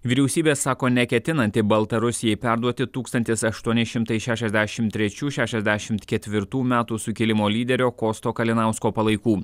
vyriausybė sako neketinanti baltarusijai perduoti tūkstantis aštuoni šimtai šešiasdešimt trečių šešiasdešimt ketvirtų metų sukilimo lyderio kosto kalinausko palaikų